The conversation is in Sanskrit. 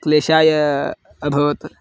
क्लेशाय अभवत्